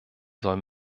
soll